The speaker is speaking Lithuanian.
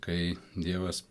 kai dievas